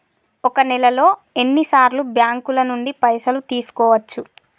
ఒక నెలలో ఎన్ని సార్లు బ్యాంకుల నుండి పైసలు తీసుకోవచ్చు?